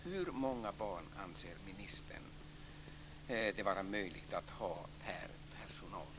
Hur många barn anser ministern det vara möjligt att ha per anställd?